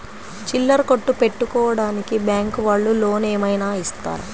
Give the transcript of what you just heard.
చిల్లర కొట్టు పెట్టుకోడానికి బ్యాంకు వాళ్ళు లోన్ ఏమైనా ఇస్తారా?